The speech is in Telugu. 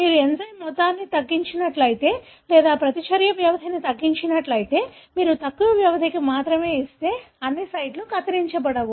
మీరు ఎంజైమ్ మొత్తాన్ని తగ్గించినట్లయితే లేదా ప్రతిచర్య వ్యవధిని తగ్గించినట్లయితే మీరు తక్కువ వ్యవధికి మాత్రమే ఇస్తే అన్ని సైట్లు కత్తిరించబడవు